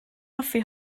hoffi